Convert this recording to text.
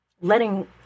letting